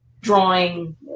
drawing